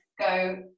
go